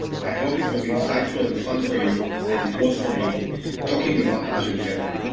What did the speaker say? i hope it was insightful and fun for you as it was for me talking about azure defender.